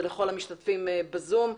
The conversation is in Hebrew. ולכל המשתתפים בזום.